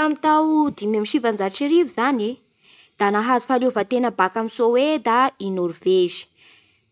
Tao dimy amby sivanjato sy arivo zany e da nahazo fahaleovan-tena baka amin'i Soeda i Norvezy.